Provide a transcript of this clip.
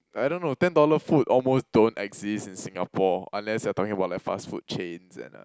I don't know ten dollar food almost don't exist in Singapore unless you're talking about like fast food chains and uh